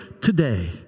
today